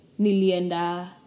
nilienda